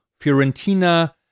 Fiorentina